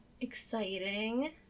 Exciting